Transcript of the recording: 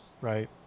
right